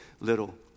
little